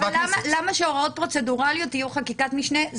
אבל למה שהוראות פרוצדורליות יהיו חקיקת משנה?